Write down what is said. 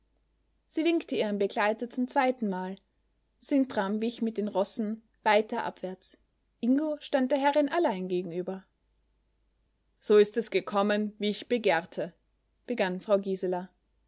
sie winkte ihrem begleiter zum zweitenmal sintram wich mit den rossen weiter abwärts ingo stand der herrin allein gegenüber so ist es gekommen wie ich begehrte begann frau gisela